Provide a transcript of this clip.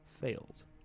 fails